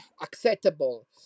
acceptable